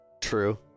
True